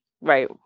Right